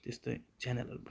त्यस्तै च्यानलहरू